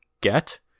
get